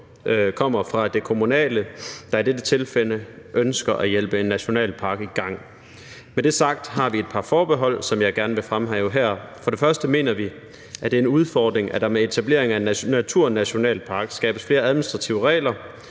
kommer fra det kommunale, der i dette tilfælde ønsker at hjælpe en nationalpark i gang. Med det sagt har vi et par forbehold, som jeg gerne vil fremhæve her. For det første mener vi, at det er en udfordring, at der med etablering af en naturnationalpark skabes flere administrative regler,